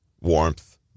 warmth